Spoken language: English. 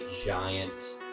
giant